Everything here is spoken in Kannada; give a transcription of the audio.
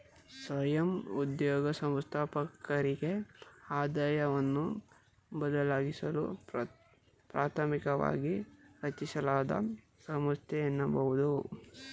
ಸ್ವಯಂ ಉದ್ಯೋಗ ಸಂಸ್ಥಾಪಕರಿಗೆ ಆದಾಯವನ್ನ ಒದಗಿಸಲು ಪ್ರಾಥಮಿಕವಾಗಿ ರಚಿಸಲಾದ ಸಂಸ್ಥೆ ಎನ್ನಬಹುದು